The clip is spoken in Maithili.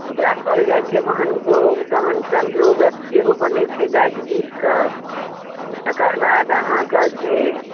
ओकरा कहल जाइ छै बहनभोग तहन चन्द्रोगत सेहो बनै छै गाय के दूध के तकर बाद अहाँके से